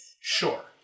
Sure